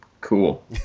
Cool